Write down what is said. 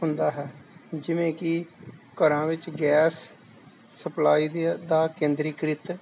ਹੁੰਦਾ ਹੈ ਜਿਵੇਂ ਕਿ ਘਰਾਂ ਵਿੱਚ ਗੈਸ ਸਪਲਾਈ ਦਾ ਕੇਂਦਰੀਕ੍ਰਿਤ